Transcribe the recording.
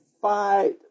fight